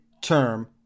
term